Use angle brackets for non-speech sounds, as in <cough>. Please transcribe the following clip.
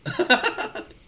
<laughs>